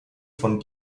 von